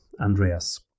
Andreas